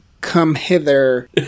come-hither